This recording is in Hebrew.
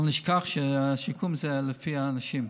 אל נשכח שהשיקום הוא לפי האנשים,